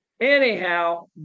anyhow